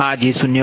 આ j 0